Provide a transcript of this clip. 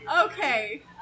Okay